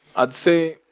i'd say,